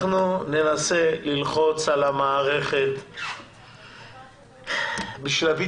אנחנו ננסה ללחוץ על המערכת כדי להביא